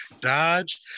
dodge